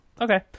Okay